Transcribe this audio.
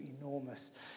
enormous